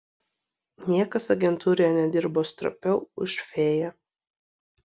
niekas agentūroje nedirbo stropiau už fėją